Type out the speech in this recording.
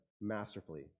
masterfully